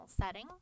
setting